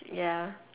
ya